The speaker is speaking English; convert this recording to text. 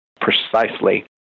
precisely